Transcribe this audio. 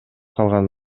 калган